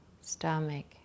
stomach